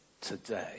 today